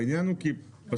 העניין הוא פשוט,